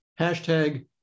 hashtag